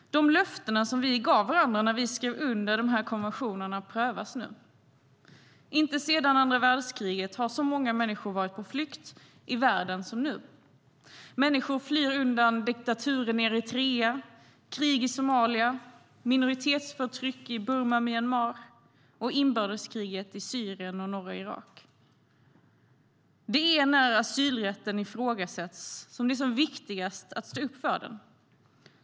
De löften som vi gav varandra när vi skrev under de här konventionerna prövas nu. Inte sedan andra världskriget har så många människor varit på flykt i världen som nu. Människor flyr undan diktaturen i Eritrea, krig i Somalia, minoritetsförtryck i Burma eller Myanmar, inbördeskriget i Syrien och norra Irak. Det är när asylrätten ifrågasätts som det är som viktigast att stå upp för den.